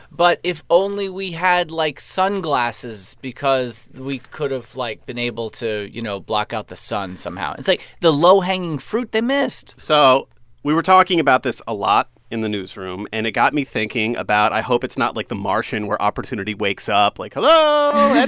but if only we had, like, sunglasses because we could've, like, been able to, you know, block out the sun somehow. it's like the low-hanging fruit they missed so we were talking about this a lot in the newsroom. and it got me thinking about i hope it's not like the martian where opportunity wakes up. like, hello, everybody.